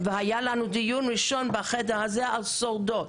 והיה לנו דיון בחדר הזה על שורדות.